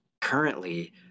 currently